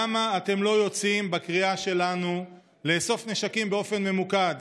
למה אתם לא יוצאים בקריאה שלנו לאסוף נשקים באופן ממוקד,